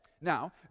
Now